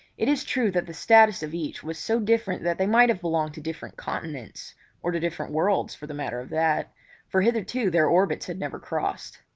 it is true that the status of each was so different that they might have belonged to different continents or to different worlds for the matter of that for hitherto their orbits had never crossed.